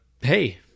Hey